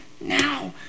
now